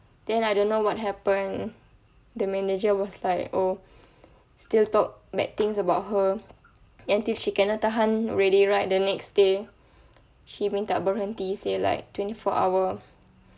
then I don't know what happen the manager was like oh still talk bad things about her until she cannot tahan already right the next day she minta berhenti say like twenty four hour